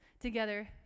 together